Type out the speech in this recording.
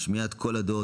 שמיעת את כל הדעות,